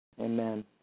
Amen